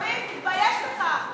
בדיון הזה, תתבייש לך.